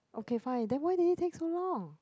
okay fine then why did you take so long